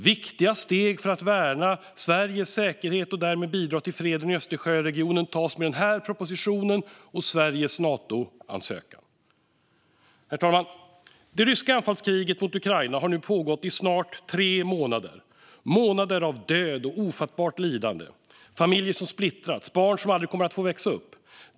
Viktiga steg för att värna Sveriges säkerhet och därmed bidra till freden i Östersjöregionen tas med den här propositionen och Sveriges Natoansökan. Herr talman! Det ryska anfallskriget mot Ukraina har nu pågått i snart tre månader. Det är månader av död och ofattbart lidande, familjer som splittrats och barn som aldrig kommer att få växa upp.